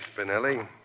Spinelli